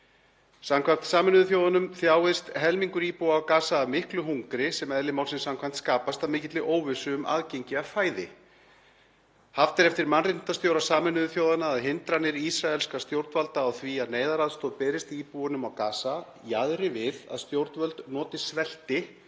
Samkvæmt Sameinuðu þjóðunum þjáist helmingur íbúa á Gaza af miklu hungri sem eðli málsins samkvæmt skapast af mikilli óvissu um aðgengi að fæði. Haft er eftir mannréttindastjóra Sameinuðu þjóðanna að hindranir ísraelskra stjórnvalda á því að neyðaraðstoð berist íbúunum á Gaza jaðri við að stjórnvöld noti svelti